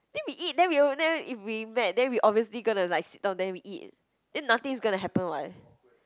then we eat then we will then if we met then we obviously gonna like sit down then we eat then nothing is gonna happen [what]